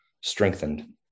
strengthened